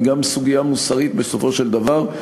היא גם סוגיה מוסרית בסופו של דבר.